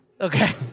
Okay